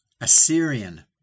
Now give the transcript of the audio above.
Assyrian